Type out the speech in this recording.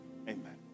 Amen